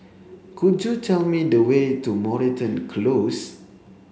could you tell me the way to Moreton Close